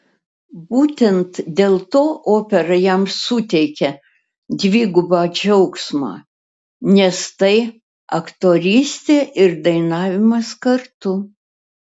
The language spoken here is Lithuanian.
būtent dėl to opera jam suteikia dvigubą džiaugsmą nes tai aktorystė ir dainavimas kartu